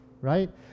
right